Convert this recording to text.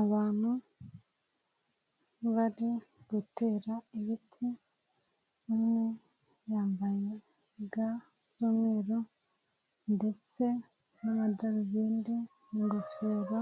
Abantu bari gutera ibiti umwe yambaye ga z'umweru ndetse n'amadarubindi n'ingofero,